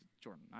Jordan